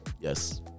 yes